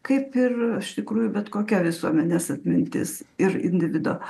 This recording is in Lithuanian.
kaip ir iš tikrųjų bet kokia visuomenės atmintis ir individo